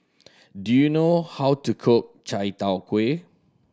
do you know how to cook Chai Tow Kuay